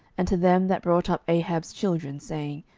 and to them that brought up ahab's children, saying,